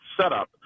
setup